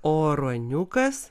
o ruoniukas